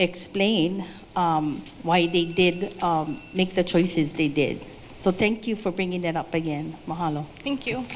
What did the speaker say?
explain why they did make the choices they did so thank you for bringing that up again thank you